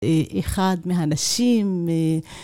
אחד מהנשים